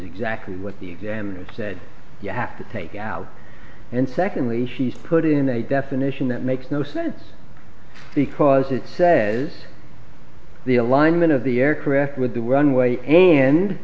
exactly what the examiner said you have to take out and secondly she's put in a definition that makes no sense because it says the alignment of the aircraft with the runway and